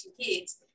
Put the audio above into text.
kids